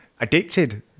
addicted